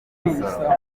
imisoro